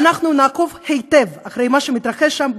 ואנחנו נעקוב היטב אחרי מה שמתרחש שם,